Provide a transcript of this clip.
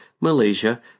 Malaysia